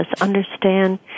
understand